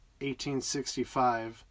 1865